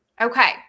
Okay